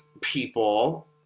people